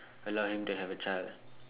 allow him to have a child